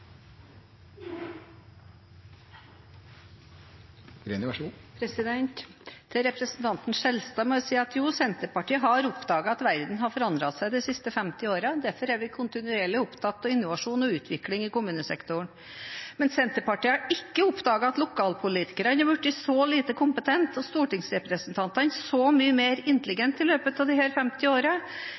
Greni har hatt ordet to ganger tidligere i debatten og får ordet til en kort merknad, begrenset til 1 minutt. Til representanten Skjelstad må jeg si at jo, Senterpartiet har oppdaget at verden har forandret seg de siste 50 årene. Derfor er vi kontinuerlig opptatt av innovasjon og utvikling i kommunesektoren. Men Senterpartiet har ikke oppdaget at lokalpolitikerne har blitt så lite kompetente og stortingsrepresentantene så mye mer intelligente i løpet